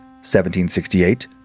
1768